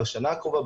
בשנה הקרובה,